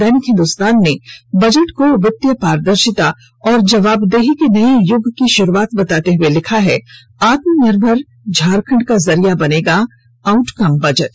दैनिक हिन्दुस्तान ने बजट को वित्तीय पारदर्शिता और जवाबदेही के नये युग की शुरूआत बताते हुए लिखा है आत्मनिर्भर झारखंड का जरिया बनेगा ऑउटकम बजट